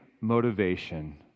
motivation